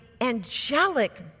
angelic